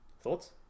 Thoughts